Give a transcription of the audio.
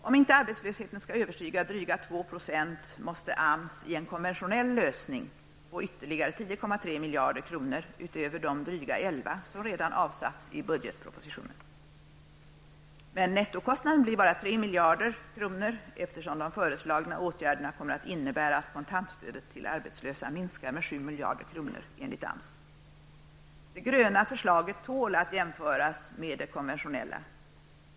För att arbetslösheten inte skall överstiga drygt 2 % måste AMS genom en konventionell lösning få ytterligare 10,3 miljarder kronor, dvs. utöver de drygt 11 miljarder som redan har avsatts i budgetpropositionen. Men nettokostnaden blir ''bara'' 3 miljarder kronor, eftersom de föreslagna åtgärderna kommer att innebära att kontantstödet till arbetslösa minskar med 7 miljarder kronor -- detta enligt AMS. Det gröna förslaget tål att jämföras med det konventionella.